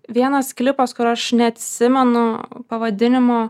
vienas klipas kur aš neatsimenu pavadinimo